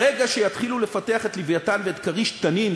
ברגע שיתחילו לפתח את "לווייתן" ואת "כריש" "תנין",